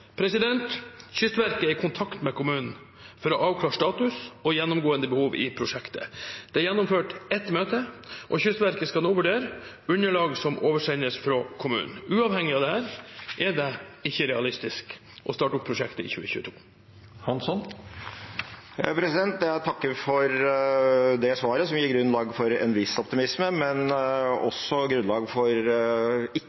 Kystverket er i kontakt med kommunen for å avklare status og gjennomgående behov i prosjektet. Det er gjennomført ett møte, og Kystverket skal nå vurdere underlag som oversendes fra kommunen. Uavhengig av dette er det ikke realistisk å starte opp prosjektet i 2022. Jeg takker for det svaret, som gir grunnlag for en viss optimisme, men også grunnlag for ikke å trappe ned trykket på regjeringen for å få molo i